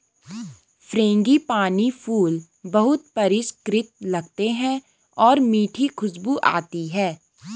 frangipani फूल बहुत परिष्कृत लगते हैं और मीठी खुशबू आती है